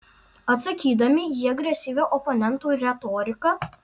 atsakydami į agresyvią oponentų retoriką